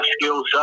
skills